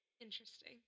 Interesting